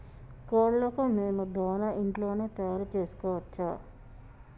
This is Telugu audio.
కోళ్లకు మేము దాణా ఇంట్లోనే తయారు చేసుకోవచ్చా?